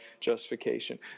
justification